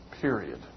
Period